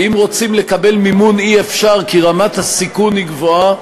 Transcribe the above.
ואם רוצים לקבל מימון אי-אפשר כי רמת הסיכון היא גבוהה